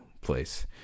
place